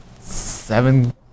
seven